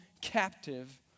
captive